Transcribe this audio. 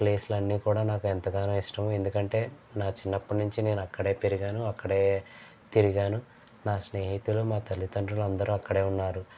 ప్లేసులు అన్నీ కూడా నాకు ఎంతగానో ఇష్టం ఎందుకంటే నా చిన్నపాటి నుంచి నేను అక్కడే పెరిగాను అక్కడే తిరిగాను నా స్నేహితులు మా తల్లితండ్రులు అందరూ అక్కడే ఉన్నారు